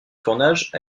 tournage